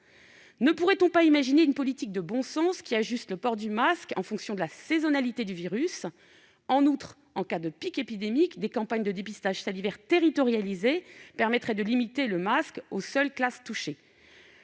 Ne pourrait-on imaginer une politique de bon sens, qui ajuste le port du masque en fonction de la saisonnalité du virus ? En outre, en cas de pic épidémique, des campagnes de dépistage salivaire territorialisées permettraient de limiter le masque aux seules classes touchées.